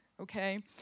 okay